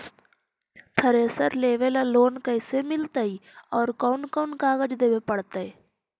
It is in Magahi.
थरेसर लेबे ल लोन कैसे मिलतइ और कोन कोन कागज देबे पड़तै?